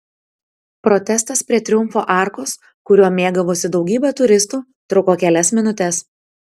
protestas prie triumfo arkos kuriuo mėgavosi daugybė turistų truko kelias minutes